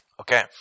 Okay